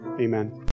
amen